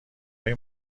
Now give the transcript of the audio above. های